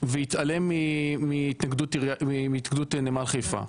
ויתעלם מהתנגדות נמל חיפה.